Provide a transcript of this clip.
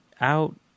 out